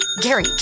Gary